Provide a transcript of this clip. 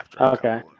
Okay